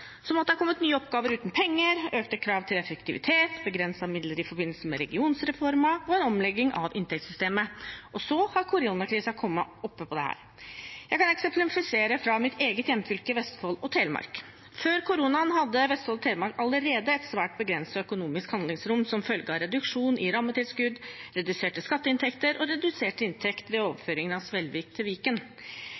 det er kommet nye oppgaver uten penger, økte krav til effektivitet, begrensede midler i forbindelse med regionreformen og omlegging av inntektssystemet. Så har koronakrisen kommet oppå dette. Jeg kan eksemplifisere fra mitt eget hjemfylke, Vestfold og Telemark. Før koronakrisen hadde Vestfold og Telemark allerede et svært begrenset økonomisk handlingsrom som følge av reduksjon i rammetilskudd, reduserte skatteinntekter og reduserte